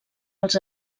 els